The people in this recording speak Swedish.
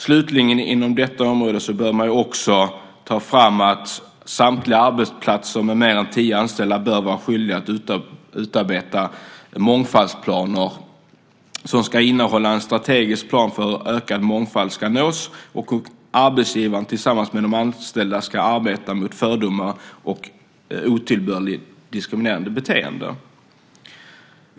Slutligen bör man inom detta område också ta fram att samtliga arbetsplatser med fler än tio anställda bör vara skyldiga att utarbeta mångfaldsplaner som ska innehålla en strategisk plan för hur ökad mångfald ska nås och för hur arbetsgivaren tillsammans med de anställda ska arbeta mot fördomar och otillbörligt diskriminerande beteende.